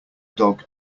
dog